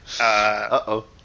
Uh-oh